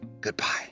goodbye